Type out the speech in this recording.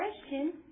question